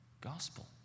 gospel